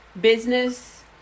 business